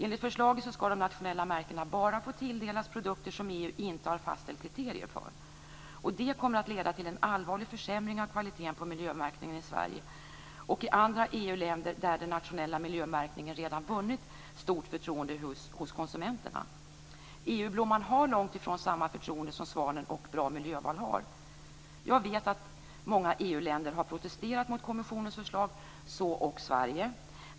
Enligt förslaget skall de nationella märkena bara få tilldelas produkter som EU inte har fastställt kriterier för. Det kommer att leda till en allvarlig försämring av kvaliteten på miljömärkningen i Sverige och i andra EU-länder, där den nationella miljömärkningen redan har vunnit stort förtroende hos konsumenterna. EU-blomman har långt ifrån samma förtroende som Svanen och Bra miljöval har. Jag vet att många EU länder har protesterat mot kommissionens förslag, så också Sverige.